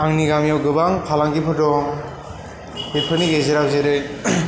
आंनि गामियाव गोबां फालांगिफोर दं बेफोरनि गेजेराव जेरै